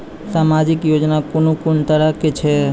समाजिक योजना कून कून तरहक छै?